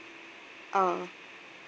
uh